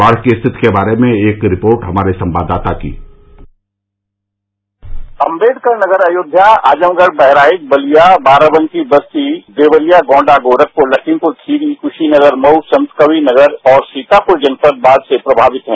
बाढ़ की स्थिति के बारे में एक रिपोर्ट हमारे संवाददाता की अंबेडकर नगर अयोध्या आजमगढ़ बहराइच बलिया बाराबंकी बस्ती देवरियागोंडा गोरखपुर लखीमपुरखीरी कूशीनगर मऊ संतकबीरनगर और सीतापुर जनपद बाढ़ से प्रमावित हैं